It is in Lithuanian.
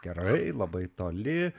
gerai labai toli